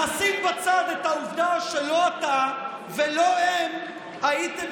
נשים בצד את העובדה שלא אתה ולא הם הייתם